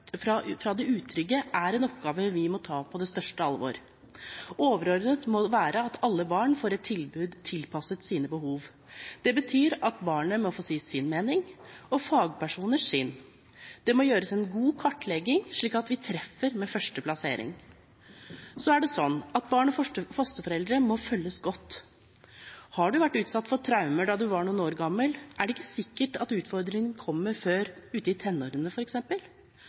fra det utrygge, er en oppgave vi må ta på det største alvor. At alle barn får et tilbud tilpasset sine behov, må være overordnet. Det betyr at barnet må få si sin mening og fagpersoner sin. Det må gjøres en god kartlegging, slik at vi treffer med første plassering. Barn og fosterforeldre må følges godt. Har man vært utsatt for traumer da man var noen år gammel, er det ikke sikkert at utfordringene kommer før ute i tenårene,